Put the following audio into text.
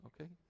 okay